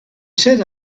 said